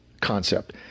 concept